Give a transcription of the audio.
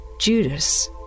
Judas